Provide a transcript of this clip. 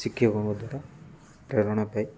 ଶିକ୍ଷକଙ୍କ ଦ୍ୱାରା ପ୍ରେରଣା ପାଇ